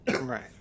right